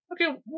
Okay